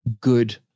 good